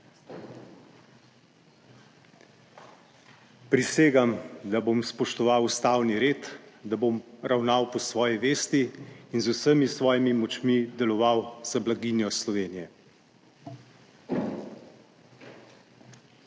Prisegam, da bom spoštoval ustavni red, da bom ravnal po svoji vesti in z vsemi svojimi močmi deloval za blaginjo Slovenije.